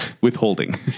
withholding